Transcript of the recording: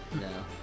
No